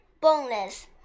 boneless